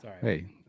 Hey